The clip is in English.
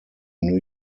new